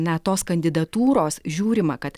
na tos kandidatūros žiūrima kad